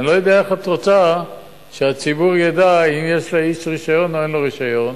אני לא יודע איך את רוצה שהציבור ידע אם יש לאיש רשיון או אין לו רשיון.